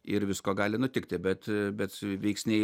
ir visko gali nutikti bet bet veiksniai